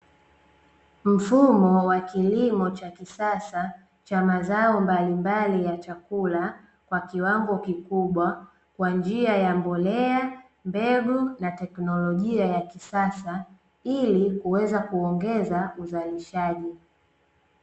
Mfumo wa kilimo cha kisasa cha mazao mbalimbali ya chakula kwa kiwango kikubwa kwa njia ya: mbolea, mbegu na teknolojia ya kisasa; ili kuweza kuongeza uzalishaji.